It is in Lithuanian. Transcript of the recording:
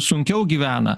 sunkiau gyvena